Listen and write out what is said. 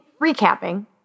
recapping